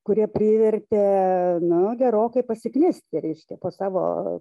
kurie privertė nu gerokai pasiknisti reiškia po savo